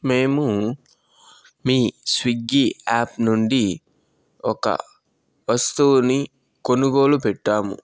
మేము మీ స్విగి యాప్ నుండి ఒక వస్తువుని కొనుగోలు పెట్టాము